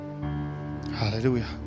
hallelujah